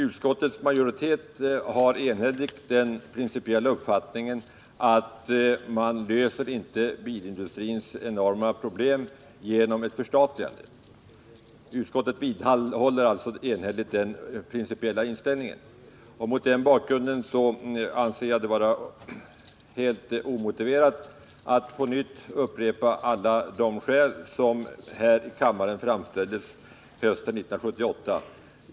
Utskottets majoritet har enhälligt den principiella uppfattningen att man inte löser bilindustrins enorma problem genom ett förstatligande. Utskottet vidhåller alltså enhälligt sin principiella inställning. Mot denna bakgrund anser jag det vara helt omotiverat att upprepa alla de skäl som framfördes i kammaren hösten 1978.